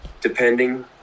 depending